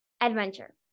adventure